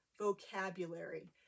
vocabulary